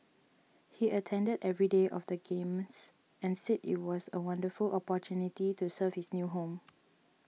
he attended every day of the Games and said it was a wonderful opportunity to serve his new home